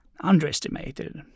underestimated